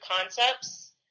concepts